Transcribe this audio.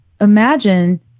imagine